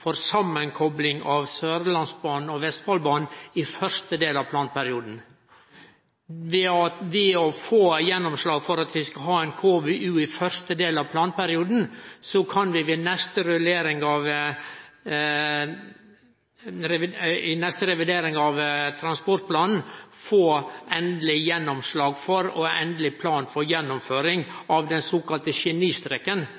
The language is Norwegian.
for samankopling av Sørlandsbanen og Vestfoldbanen i første del av planperioden. Når vi har fått gjennomslag for ei KVU i første del av planperioden, kan vi ved neste revidering av transportplanen få endeleg gjennomslag for og endeleg plan for